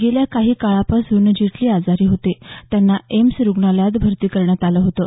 गेल्या काही काळापासून जेटली आजारी होते आणि त्यांना एम्स रुग्णालयात भरती करण्यात आलेलं होतं